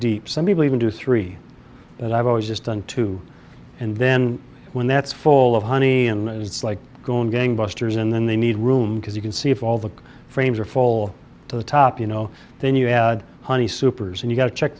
deep some people even do three that i've always just done two and then when that full of honey and it's like going gangbusters and then they need room because you can see if all the frames are full to the top you know then you add honey supers and you got to check